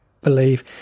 believe